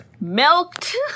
Milked